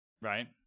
Right